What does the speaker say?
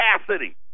capacity